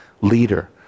leader